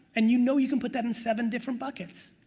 and you know you can put that in seven different buckets,